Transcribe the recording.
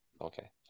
Okay